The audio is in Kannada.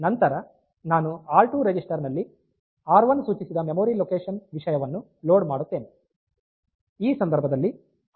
ನಂತರ ನಾನು ಆರ್2 ರಿಜಿಸ್ಟರ್ ನಲ್ಲಿ ಆರ್1 ಸೂಚಿಸಿದ ಮೆಮೊರಿ ಲೊಕೇಶನ್ ವಿಷಯವನ್ನು ಲೋಡ್ ಮಾಡುತ್ತೇನೆ